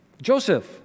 Joseph